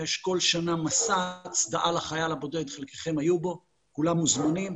יש כל שנה מסע הצדעה לחייל הבודד שחלקכם היו בו וכולם מוזמנים.